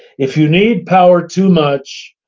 if you need power too much,